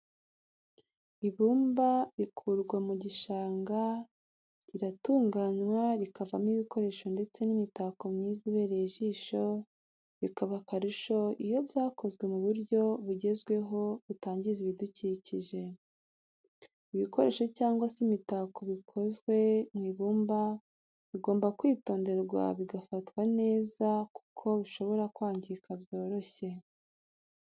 Ibumba rikurwa mu gishanga riratunganywa rikavamo ibikoresho ndetse n'imitako myiza ibereye ijisho bikaba akarusho iyo byakozwe mu buryo bugezweho butangiza ibidukikije. ibikoresho cyangwa se imitako bikozwe mu ibumba bigomba kwitonderwa bigafatwa neza kuko bishobora kwangirika byoroshye.